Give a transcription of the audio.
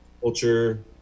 culture